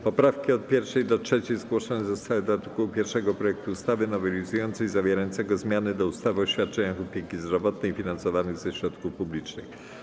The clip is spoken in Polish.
Poprawki od 1. do 3. zgłoszone zostały do art. 1 projektu ustawy nowelizującej zawierającego zmiany do ustawy o świadczeniach opieki zdrowotnej finansowanych ze środków publicznych.